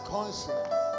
Conscience